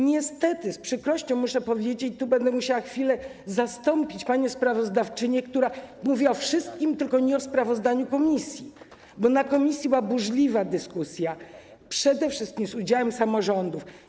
Niestety, z przykrością muszę to powiedzieć, będę musiała chwilę zastąpić panią sprawozdawczynię, która mówiła o wszystkim, tylko nie o sprawozdaniu komisji, bo w komisji była burzliwa dyskusja, przede wszystkim z udziałem samorządów.